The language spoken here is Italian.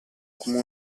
come